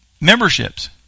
memberships